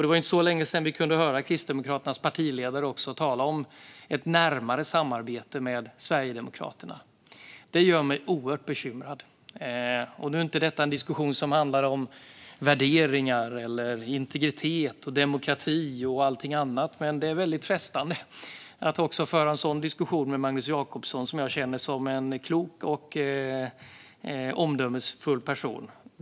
Det var inte länge sedan vi kunde höra Kristdemokraternas partiledare tala om ett närmare samarbete med Sverigedemokraterna. Det gör mig oerhört bekymrad. Detta är inte en diskussion som handlar om värderingar, integritet, demokrati och allt annat. Men det är frestande att föra också en sådan diskussion med Magnus Jacobsson, som jag känner som en klok och omdömesgill person.